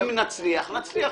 אם נצליח, נצליח.